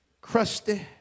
crusty